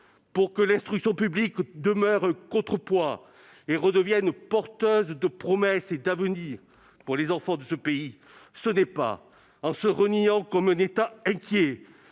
pour que l'instruction publique demeure un contrepoids et redevienne porteuse de promesses et d'avenir pour les enfants de ce pays, ce n'est pas en se reniant et en se